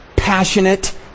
passionate